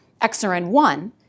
XRN1